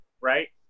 right